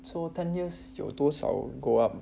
so ten years 有多少 go up